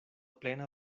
plena